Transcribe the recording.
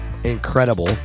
incredible